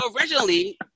originally